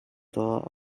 众多